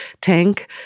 tank